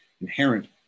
inherent